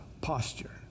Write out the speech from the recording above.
posture